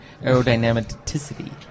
aerodynamicity